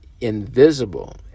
invisible